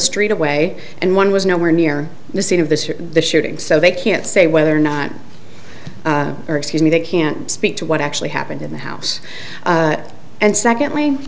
street away and one was nowhere near the scene of this or the shooting so they can't say whether or not or excuse me they can't speak to what actually happened in the house and secondly